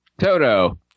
Toto